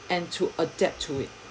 and to adapt to it